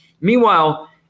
Meanwhile